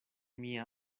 mia